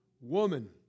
woman